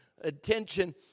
attention